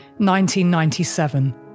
1997